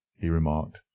he remarked.